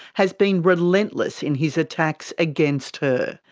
has been relentless in his attacks against her.